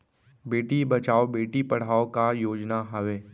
बेटी बचाओ बेटी पढ़ाओ का योजना हवे?